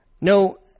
no